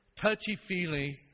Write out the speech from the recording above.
touchy-feely